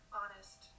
honest